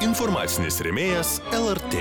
informacinis rėmėjas lrt